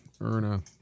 Erna